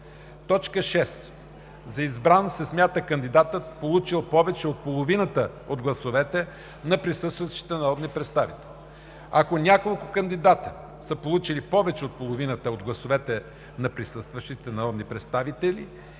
друго. 6. За избран се смята кандидатът, получил повече от половината от гласовете на присъстващите народни представители. Ако няколко кандидати са получили повече от половината от гласовете на присъстващите народни представители,